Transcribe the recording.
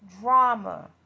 drama